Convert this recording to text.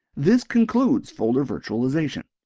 this concludes folder virtualization.